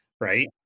right